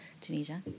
Tunisia